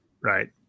right